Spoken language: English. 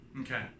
Okay